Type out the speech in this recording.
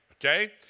Okay